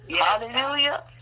hallelujah